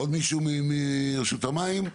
עוד מישהו מרשות המים?